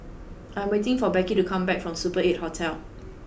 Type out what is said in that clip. I am waiting for Beckie to come back from Super eight Hotel